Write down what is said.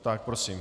Tak prosím.